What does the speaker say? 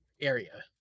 area